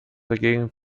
dagegen